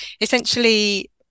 essentially